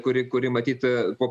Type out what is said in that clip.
kuri kuri matyt po